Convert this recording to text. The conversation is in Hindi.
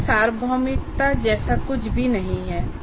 इसमें सार्वभौमिकता जैसा कुछ भी नहीं है